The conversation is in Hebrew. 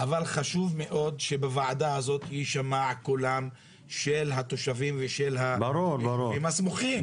חשוב מאוד שבוועדה הזאת יישמע קולם של התושבים של היישובים הסמוכים.